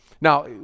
Now